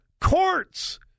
courts